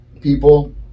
people